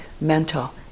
mental